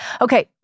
Okay